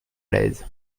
lèze